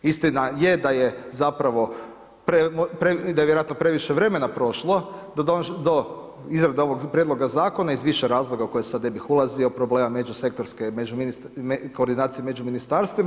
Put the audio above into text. Istina je da je zapravo, da je vjerojatno previše vremena prošlo do izrade ovog prijedloga zakona iz više razloga u koje sad ne bih ulazio, problema međusektorske i koordinacije među ministarstvima.